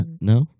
No